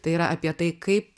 tai yra apie tai kaip